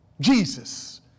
Jesus